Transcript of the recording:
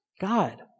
God